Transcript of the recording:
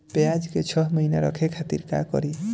प्याज के छह महीना रखे खातिर का करी?